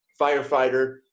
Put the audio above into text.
firefighter